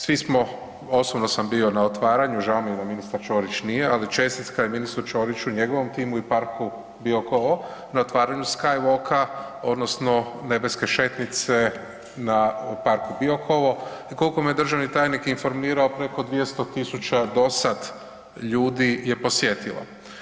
Svi smo, osobno sam bio na otvaranju, žao mi je da ministar Čorić nije ali čestitka je ministru Čoriću i njegovom timu i parku Biokovo na otvaranju Skywalka odnosno nebeske šetnice na parku Biokovo i koliko me državni tajnik informirao, preko 200 000 do sad ljudi je posjetilo.